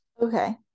Okay